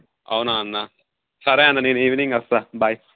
అవునా అన్న సరే అన్న నేను ఈవినింగ్ వస్తాను బాయ్